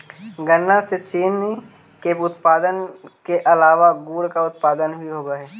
गन्ना से चीनी के उत्पादन के अलावा गुड़ का उत्पादन भी होवअ हई